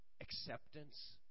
acceptance